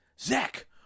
Zach